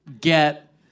get